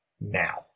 now